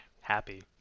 happy